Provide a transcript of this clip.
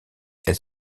elle